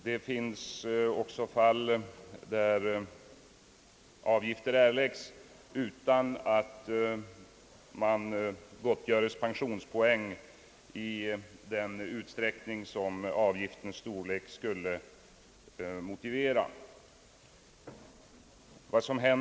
Det finns också fall, där avgifter erläggs utan att man gottgörs pensionspoäng i den utsträckning som avgiftens storlek skulle motivera.